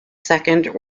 second